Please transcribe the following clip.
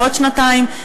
ועוד שנתיים,